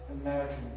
imagine